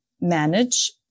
manage